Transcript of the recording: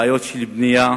בעיות של בנייה,